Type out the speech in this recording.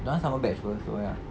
dorang sama batch [pe] so ya